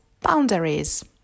boundaries